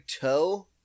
toe